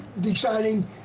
deciding